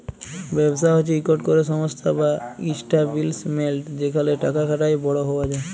ব্যবসা হছে ইকট ক্যরে সংস্থা বা ইস্টাব্লিশমেল্ট যেখালে টাকা খাটায় বড় হউয়া যায়